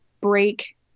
break